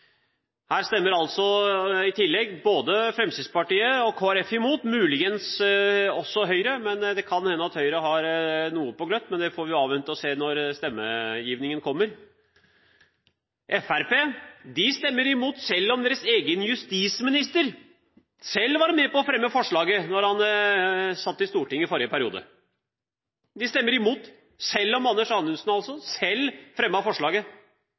Her stemmer altså både Fremskrittspartiet og Kristelig Folkeparti imot og muligens også Høyre. Det kan hende at Høyre har satt døren på gløtt, men det får vi avvente og se når stemmegivningen blir klar. Fremskrittspartiet stemmer imot selv om deres egen justisminister selv var med på å fremme forslaget da han satt på Stortinget i forrige periode. De stemmer imot selv om Anders Anundsen selv fremmet forslaget.